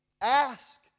ask